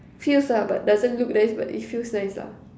feels lah but doesn't look nice but it feels nice lah